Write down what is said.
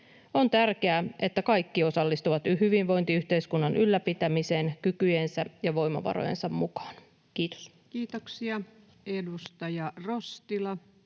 On tärkeää, että kaikki osallistuvat hyvinvointiyhteiskunnan ylläpitämiseen kykyjensä ja voimavarojensa mukaan. — Kiitos. Kiitoksia. — Edustaja Rostila